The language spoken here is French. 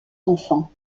enfants